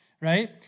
right